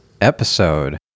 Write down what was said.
episode